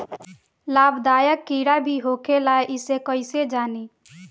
लाभदायक कीड़ा भी होखेला इसे कईसे जानी?